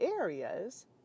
areas